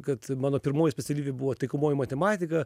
kad mano pirmoji specialybė buvo taikomoji matematika